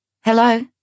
Hello